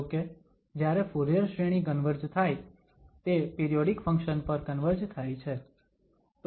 જોકે જ્યારે ફુરીયર શ્રેણી કન્વર્જ થાય તે પિરિયોડીક ફંક્શન પર કન્વર્જ થાય છે